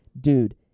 Dude